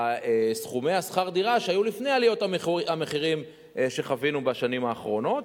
לסכומי שכר הדירה שהיו לפני עליות המחירים שחווינו בשנים האחרונות,